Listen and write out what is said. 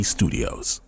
Studios